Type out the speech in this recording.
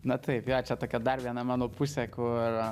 na taip jo čia tokia dar viena mano pusė kur